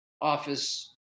office